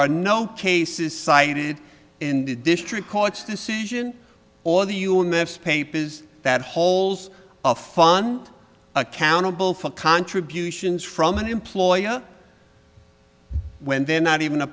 are no cases cited in the district court's decision or the you in this paper is that halls of fun accountable for contributions from an employer when they're not even a